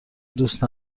دوست